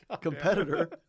competitor